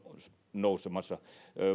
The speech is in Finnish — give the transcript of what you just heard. nousemassa